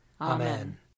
Amen